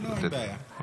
לא, אין לי בעיה.